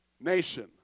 Nation